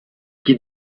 qui